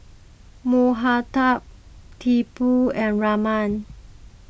Mahatma Tipu and Raman